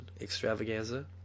extravaganza